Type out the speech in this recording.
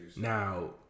Now